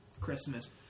Christmas